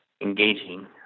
engaging